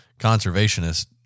conservationists